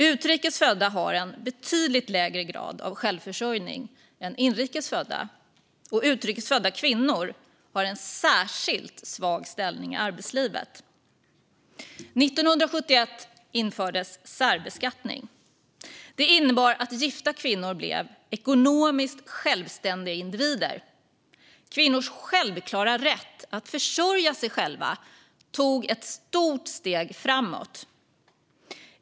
Utrikes födda har en betydligt lägre grad av självförsörjning än inrikes födda, och utrikes födda kvinnor har en särskilt svag ställning i arbetslivet. År 1971 infördes särbeskattning. Det innebar att gifta kvinnor blev ekonomiskt självständiga individer. Kvinnors självklara rätt att försörja sig själva tog ett stort steg framåt.